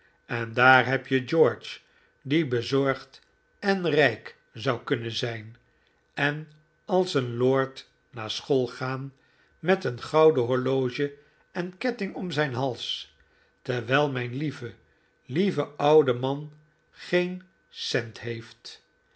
en daar heb je george die bezorgd en rijk zou kunnen zijn en als een lord naar school gaan met een gouden horloge en ketting om zijn hals terwijl mijn lieve lieve oude man geen c cent heeft